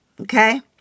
okay